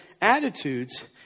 attitudes